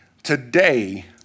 Today